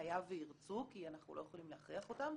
היה וירצו כי אנחנו לא יכולים להכריח אותם,